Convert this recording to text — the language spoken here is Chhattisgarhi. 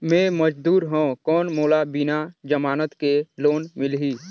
मे मजदूर हवं कौन मोला बिना जमानत के लोन मिलही?